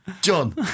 John